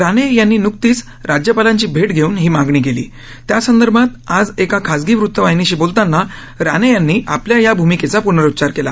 राणे यांनी नुकतीच राज्यपालांची भेट घेऊन ही मागणी केली त्यासंदर्भात आज एका खासगी वृतवाहिनीशी बोलताना राणे यांनी आपल्या या भूमिकेचा पूनरुच्चार केला